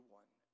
one